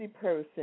person